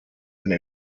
eine